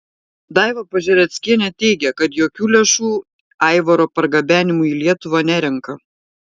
daiva pažereckienė teigė kad jokių lėšų aivaro pargabenimui į lietuvą nerenka